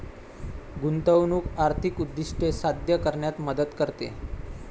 गुंतवणूक आर्थिक उद्दिष्टे साध्य करण्यात मदत करते